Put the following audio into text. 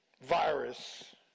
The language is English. virus